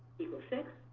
equals six.